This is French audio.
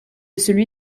celui